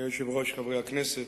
אדוני היושב-ראש, חברי הכנסת,